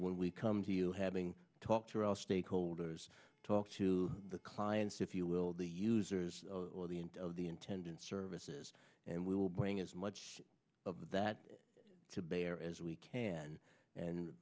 when we come to you having talked to our stakeholders talk to the clients if you will the users or the end of the intendant services and we will bring as much of that to bear as we can and